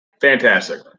fantastic